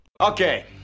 Okay